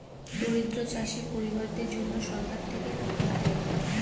দরিদ্র চাষী পরিবারদের জন্যে সরকার থেকে খাবার দেয়